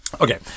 Okay